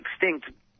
extinct